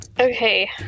Okay